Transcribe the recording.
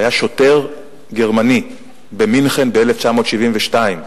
שהיה שוטר גרמני במינכן ב-1972,